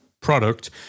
product